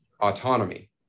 autonomy